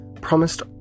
promised